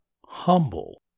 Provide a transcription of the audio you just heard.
humble